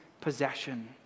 possession